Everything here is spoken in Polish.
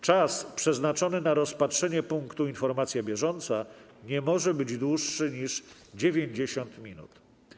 Czas przeznaczony na rozpatrzenie punktu: Informacja bieżąca nie może być dłuższy niż 90 minut.